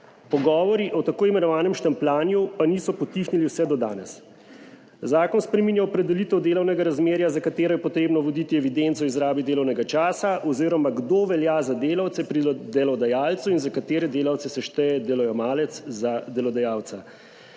Pogovori o tako imenovanem štempljanju pa niso potihnili vse do danes. Zakon spreminja opredelitev delovnega razmerja, za katero je potrebno voditi evidenco o izrabi delovnega časa oziroma kdo velja za delavce pri delodajalcu in za katere delavce se šteje delojemalec za delodajalca.